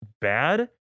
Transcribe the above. bad